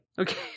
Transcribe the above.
Okay